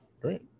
Great